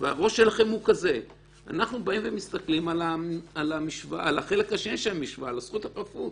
מסתכלים על החלק השני של המשוואה על זכות החפות.